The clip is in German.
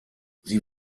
sie